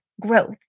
growth